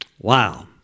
Wow